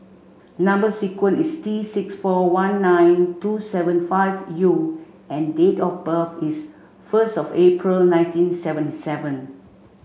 number sequence is T six four one nine two seven five U and date of birth is first of April nineteen seventy seven